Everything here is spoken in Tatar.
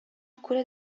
күрә